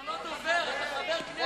תאמין לי שאתה יכול הרבה יותר.